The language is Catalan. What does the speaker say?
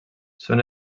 són